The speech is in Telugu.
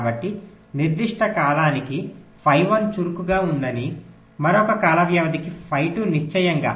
కాబట్టి నిర్దిష్ట కాలానికి ఫై 1 చురుకుగా ఉందని మరొక కాల వ్యవధి ఫై 2 నిశ్చయంగా